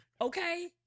okay